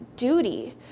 duty